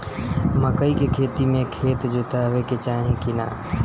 मकई के खेती मे खेत जोतावे के चाही किना?